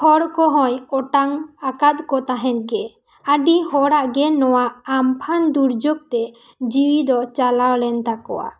ᱦᱚᱲ ᱠᱚᱦᱚᱸᱭ ᱚᱴᱟᱝ ᱟᱠᱟᱫ ᱠᱚ ᱛᱟᱦᱮᱸᱫ ᱜᱮ ᱟᱹᱰᱤ ᱦᱚᱲᱟᱜ ᱜᱮ ᱱᱚᱣᱟ ᱟᱢᱯᱷᱟᱱ ᱫᱩᱨᱡᱩᱜᱽ ᱛᱮ ᱡᱤᱣᱤ ᱫᱚ ᱪᱟᱞᱟᱣ ᱞᱮᱱ ᱛᱟᱠᱚᱣᱟ